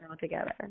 together